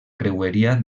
creueria